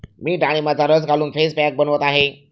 मी डाळिंबाचा रस घालून फेस पॅक बनवत आहे